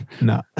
No